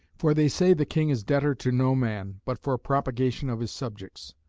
for they say the king is debtor to no man, but for propagation of his subjects.